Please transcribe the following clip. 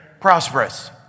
prosperous